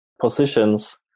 positions